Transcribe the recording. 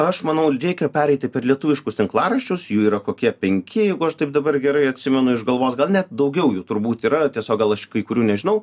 aš manau reikia pereiti per lietuviškus tinklaraščius jų yra kokie penki jeigu aš taip dabar gerai atsimenu iš galvos gal net daugiau jų turbūt yra tiesiog gal aš kai kurių nežinau